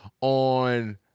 on